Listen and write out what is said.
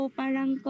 parang